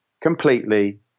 completely